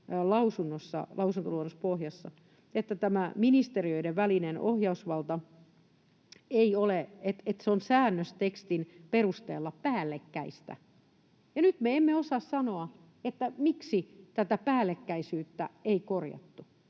lausuntoluonnospohjassa todetaan, että tämä ministeriöiden välinen ohjausvalta on säännöstekstin perusteella päällekkäistä, ja nyt me emme osaa sanoa, miksi tätä päällekkäisyyttä ei korjattu.